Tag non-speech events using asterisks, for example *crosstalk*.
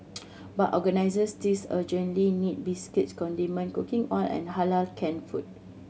*noise* but organisers still urgently need biscuits condiment cooking oil and Halal canned food